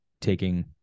taking